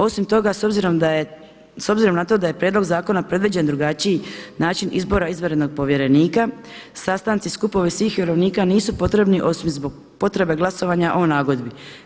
Osim toga s obzirom na to da je prijedlog zakona predviđen drugačiji način izbora izvanrednog povjerenika sastanci, skupovi svih vjerovnika nisu potrebni osim zbog potreba glasovanja o nagodbi.